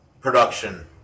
production